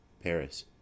Paris